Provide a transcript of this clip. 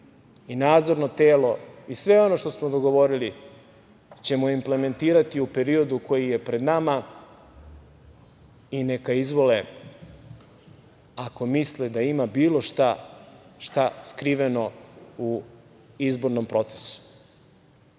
i nadzorno telo i sve ono što smo dogovorili ćemo implementirati u periodu koji je pred nama i neka izvole, ako misle da ima bilo šta skriveno u izbornom procesu. Još